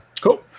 Cool